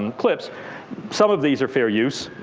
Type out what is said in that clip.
um clips some of these are fair use.